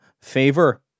favor